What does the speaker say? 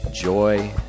Joy